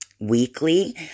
weekly